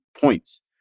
points